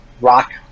Rock